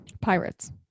Pirates